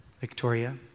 Victoria